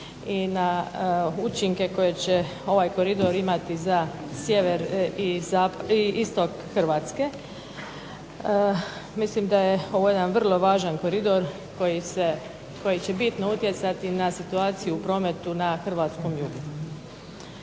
i na učinke koje će ovaj koridor imati za sjever i istok Hrvatske. Mislim da je ovo jedan vrlo važan koridor koji će bitno utjecati na situaciju u prometu na hrvatskom jugu.